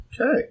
okay